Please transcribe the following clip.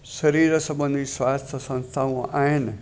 सरीरु संबधी स्वास्थ्य संस्थाऊं आहिनि